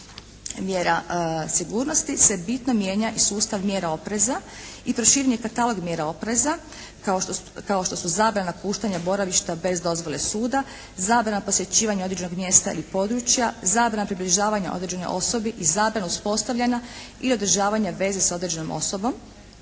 mjera sigurnosti se bitno mijenja i sustav mjera opreza. I proširen je katalog mjera opreza kao što su zabrana napuštanja boravišta bez dozvole suda, zabrana posjećivanja određenog mjesta ili područja, zabrana približavanja određenoj osobi i zabrana uspostavljanja i održavanja veze s određenom osobom,